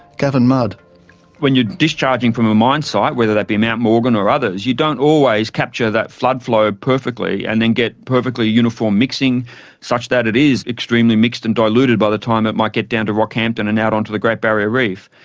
when you're discharging from a mine site, whether that be mount morgan or others, you don't always capture that flood flow perfectly perfectly and then get perfectly uniform mixing such that it is extremely mixed and diluted by the time it might get down to rockhampton and out onto the great barrier reef.